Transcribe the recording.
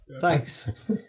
Thanks